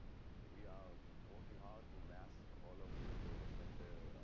we are working hard to mask all of the data center.